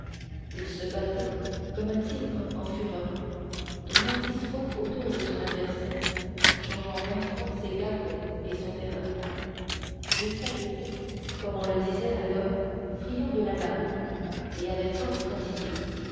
il se battait comme un tigre en fureur tournant dix fois autour de son adversaire changeant vingt fois ses gardes et son terrain jussac était comme on le disait alors friand de la lame et avait fort pratiqué